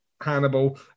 Hannibal